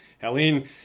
Helene